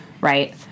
right